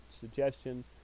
suggestion